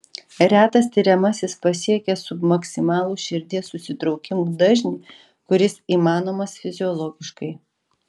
retas tiriamasis pasiekia submaksimalų širdies susitraukimų dažnį kuris įmanomas fiziologiškai